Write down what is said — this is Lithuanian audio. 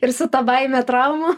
ir su ta baime traumų